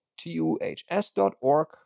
tuhs.org